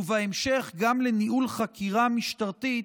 ובהמשך גם לניהול חקירה משטרתית,